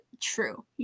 True